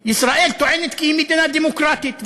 ישראל טוענת כי היא מדינה דמוקרטית,